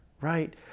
right